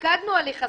מיקדו הליך הסברה.